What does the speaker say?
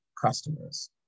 customers